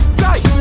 side